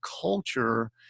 culture